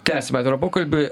tęsiame atvirą pokalbį